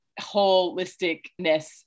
holisticness